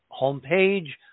homepage